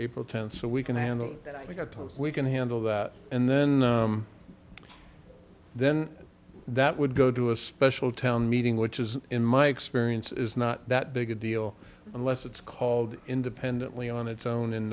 april tenth so we can handle that we've got time we can handle that and then then that would go to a special town meeting which is in my experience is not that big a deal unless it's called independently on its own in